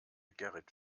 gerrit